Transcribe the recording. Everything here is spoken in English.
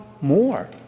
more